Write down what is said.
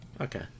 Okay